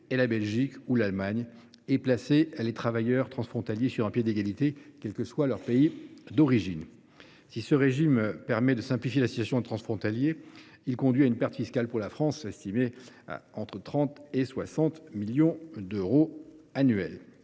et la Belgique ou l’Allemagne, afin de placer les travailleurs transfrontaliers sur un pied d’égalité, quel que soit leur pays d’origine. Si ce régime permet de simplifier la situation des transfrontaliers, il conduit pour la France à une perte fiscale estimée entre 30 millions d’euros et